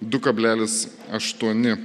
du kablelis aštuoni